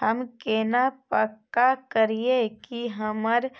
हम केना पक्का करियै कि हमर